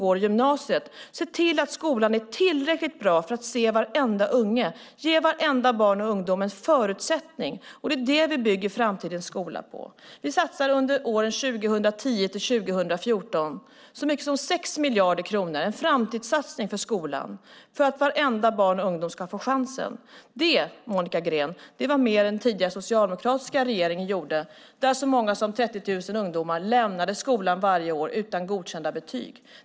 Vi måste se till att skolan är tillräckligt bra på att se varenda unge och ge varje barn och ungdom en förutsättning. Det bygger vi framtidens skola på. Vi satsar under åren 2010-2014 så mycket som 6 miljarder kronor på skolan för att varje barn och ungdom ska få chansen. Det är en framtidssatsning. Det, Monica Green, är mer än vad den tidigare socialdemokratiska regeringen gjorde. Då lämnade så många som 30 000 ungdomar skolan varje år utan godkända betyg.